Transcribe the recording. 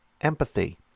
Empathy